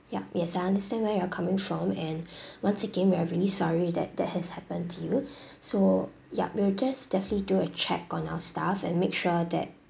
ya yes I understand where you're coming from and once again we are really sorry that that has happened to you so ya we'll just definitely do a check on our staff and make sure that